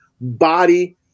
body